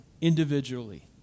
individually